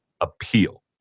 appeal